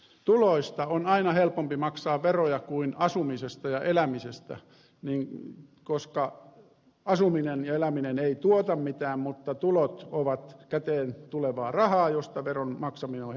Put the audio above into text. tuloista on aina helpompi maksaa veroja kuin asumisesta ja elämisestä koska asuminen ja eläminen eivät tuota mitään mutta tulot ovat käteen tulevaa rahaa josta veron maksaminen on helpompaa